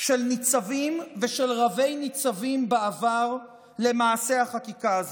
של ניצבים ושל רבי-ניצבים בעבר למעשה החקיקה הזה.